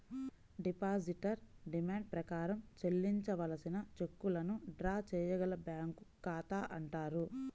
depositor demand ప్రకారం చెల్లించవలసిన చెక్కులను డ్రా చేయగల బ్యాంకు ఖాతా అంటారు